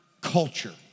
culture